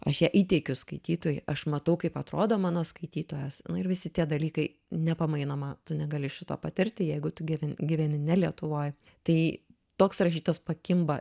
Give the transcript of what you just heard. aš ją įteikiu skaitytojui aš matau kaip atrodo mano skaitytojas na ir visi tie dalykai nepamainoma tu negali šito patirti jeigu tu gyven gyveni ne lietuvoj tai toks rašytojas pakimba